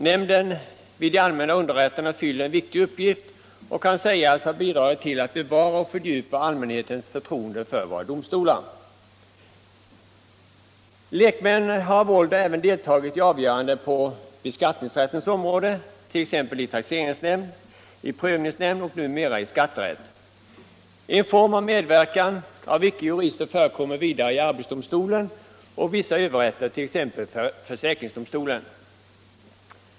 Nämnden vid de allmänna underrätterna fyller en viktig uppgift och kan sägas ha bidragit till att bevara och fördjupa allmänhetens förtroende för våra domstolar. Lekmän har av ålder även deltagit i avgöranden på beskattningsrättens område, t.ex. i taxeringsnämnd, i prövningsnämnd och numera i skatterätt. En form av medverkan av icke-jurister förekommer vidare i arbetsdomstolen och vissa överrätter, t.ex. i försäkringsdomstolen.